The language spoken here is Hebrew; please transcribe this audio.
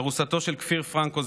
ארוסתו של כפיר פרנקו,